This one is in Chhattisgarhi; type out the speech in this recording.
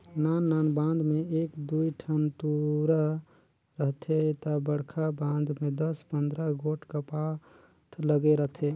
नान नान बांध में एक दुई ठन दुरा रहथे ता बड़खा बांध में दस पंदरा गोट कपाट लगे रथे